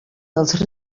dels